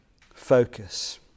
focus